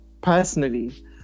personally